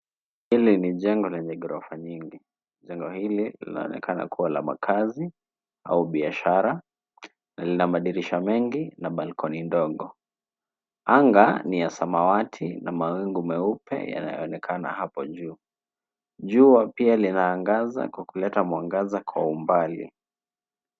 Hili ni jengo lenye gorofa nyingi. Jengo hili linaonekana kuwa la makazi au biashara na lina madirisha mengi na balcony ndogo. Anga ni ya samawati na mawingu meupe yanayoonekana hapo juu. Jua pia linaangaza kwa kuleta mwangaza kwa umbali.